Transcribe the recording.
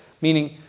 Meaning